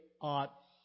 ought